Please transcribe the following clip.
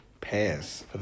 Pass